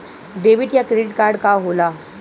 Debit या credit card का होला?